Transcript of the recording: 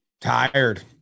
tired